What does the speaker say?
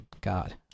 God